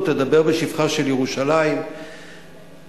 לדבר בשבחה של ירושלים ובחשיבותה.